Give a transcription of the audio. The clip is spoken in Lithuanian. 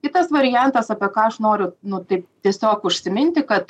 kitas variantas apie ką aš noriu nu tai tiesiog užsiminti kad